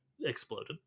exploded